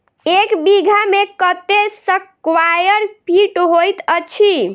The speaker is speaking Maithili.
एक बीघा मे कत्ते स्क्वायर फीट होइत अछि?